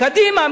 קדימה,